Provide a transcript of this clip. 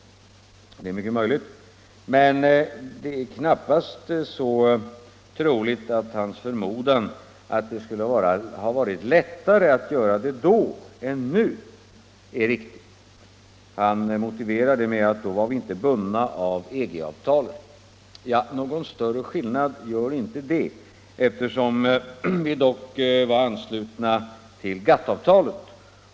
Det är mycket möjligt. Men det är knappast troligt att herr Anderssons förmodan, att det då skulle ha varit lättare att införa importbegränsningar än nu, är riktig. Herr Andersson motiverar sin uppfattning med att då var Sverige inte bundet av EG-avtalet. Det gör inte någon större skillnad, eftersom vi dock var anslutna till GATT avtalet.